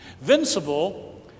Vincible